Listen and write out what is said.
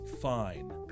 fine